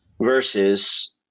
versus